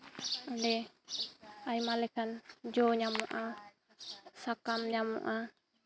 ᱚᱸᱰᱮ ᱟᱭᱢᱟ ᱞᱮᱠᱟᱱ ᱡᱚ ᱧᱟᱢᱚᱜᱼᱟ ᱥᱟᱠᱟᱢ ᱧᱟᱢᱚᱜᱼᱟ